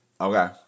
Okay